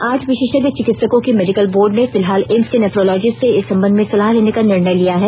आठ विशेषज्ञ चिकित्सकों की मेडिकल बोर्ड ने फिलहाल एम्स के नेफ्रोलॉजिस्ट से इस संबंध में सलाह लेने का निर्णय लिया है